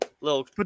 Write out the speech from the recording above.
little